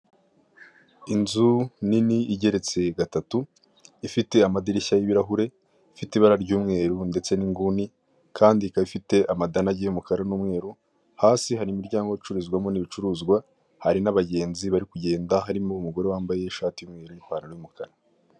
Utu ni utuzu tw'abajenti ba emutiyeni ndetse dukikijwe n'ibyapa bya eyeteri na bakiriya babagannye bari kubaha serivise zitandukanye.